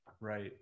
Right